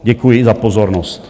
Děkuji za pozornost.